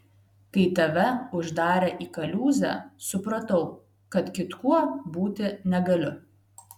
kai tave uždarė į kaliūzę supratau kad kitkuo būti negaliu